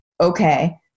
okay